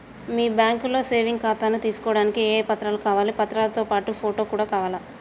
మీ బ్యాంకులో సేవింగ్ ఖాతాను తీసుకోవడానికి ఏ ఏ పత్రాలు కావాలి పత్రాలతో పాటు ఫోటో కూడా కావాలా?